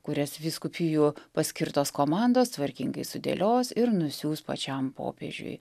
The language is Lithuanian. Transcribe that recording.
kurias vyskupijų paskirtos komandos tvarkingai sudėlios ir nusiųs pačiam popiežiui